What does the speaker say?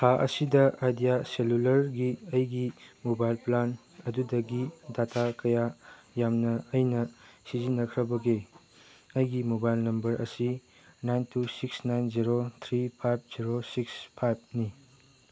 ꯊꯥ ꯑꯁꯤꯗ ꯑꯥꯏꯗꯤꯌꯥ ꯁꯦꯜꯂꯨꯂꯔꯒꯤ ꯑꯩꯒꯤ ꯃꯣꯕꯥꯏꯜ ꯄ꯭ꯂꯥꯟ ꯑꯗꯨꯗꯒꯤ ꯗꯇꯥ ꯀꯌꯥ ꯌꯥꯝꯅ ꯑꯩꯅ ꯁꯤꯖꯤꯟꯅꯈ꯭ꯔꯕꯒꯦ ꯑꯩꯒꯤ ꯃꯣꯕꯥꯏꯜ ꯅꯝꯕꯔ ꯑꯁꯤ nine two six nine zero three five zero six ꯐꯥꯏꯚꯅꯤ